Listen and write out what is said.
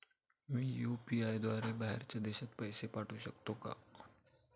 मी UPI द्वारे बाहेरच्या देशात पैसे पाठवू शकतो का?